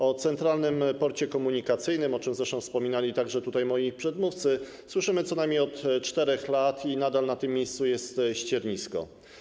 O Centralnym Porcie Komunikacyjnym, o czym zresztą wspominali także moi przedmówcy, słyszymy co najmniej od 4 lat i nadal na tym miejscu jest ściernisko.